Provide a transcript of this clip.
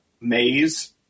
maze